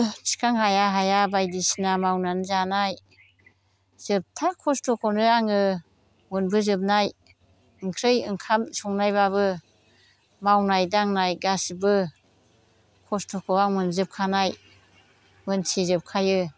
थिखां हाया हाया बायदिसिना मावनानै जानाय जोबथा खस्थ'खौनो आङो मोनबोजोबनाय ओंख्रि ओंखाम संनायबाबो मावनाय दांनाय गासिबो खस्थ'खौ आं मोनजोबखानाय मोनथिजोबखायो